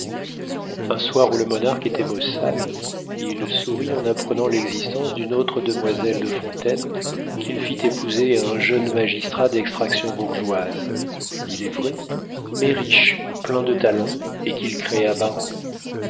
un soir où le monarque était maussade il sourit en apprenant l'existence d'une autre demoiselle de fontaine qu'il fit épouser à un jeune magistrat d'extraction bourgeoise il est vrai mais riche plein de talent et qu'il créa baron